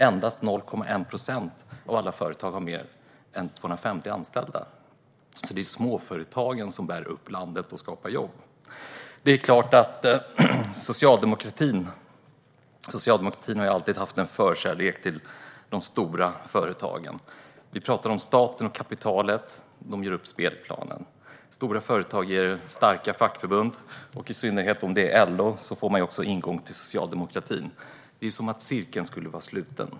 Endast 0,1 procent av alla företag har mer än 250 anställda. Det är småföretagen som bär upp landet och skapar jobb. Socialdemokratin har alltid haft en förkärlek för de stora företagen. Vi pratar om att staten och kapitalet gör upp spelplanen. Stora företag ger starka fackförbund. I synnerhet om det är fråga om LO blir det också en ingång till socialdemokratin. Det är som att cirkeln skulle vara sluten.